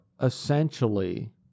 essentially